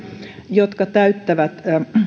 jotka täyttävät